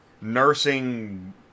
nursing